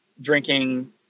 drinking